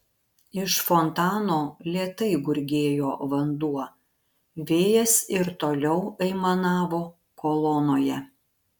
iš fontano lėtai gurgėjo vanduo vėjas ir toliau aimanavo kolonoje